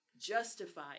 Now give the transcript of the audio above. justify